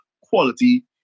quality